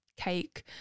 cake